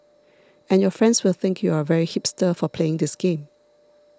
and your friends will think you are very hipster for playing this game